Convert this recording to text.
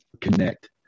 connect